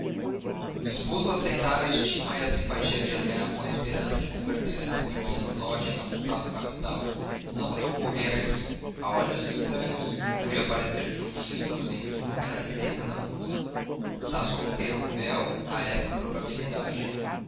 disposto a aceitar a estima e a de helena com a esperança de converter êsse pequeno avultado capital não lhe ocorrera que a olhos estranhos parecer que o fim exclusivo era a riqueza da moça estácio rompera o véu a essa probabilidade